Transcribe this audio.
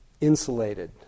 Insulated